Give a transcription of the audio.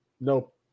Nope